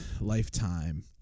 Lifetime